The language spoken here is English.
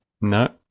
No